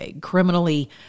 criminally